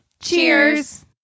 Cheers